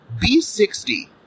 B60